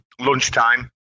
lunchtime